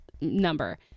number